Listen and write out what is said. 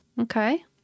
okay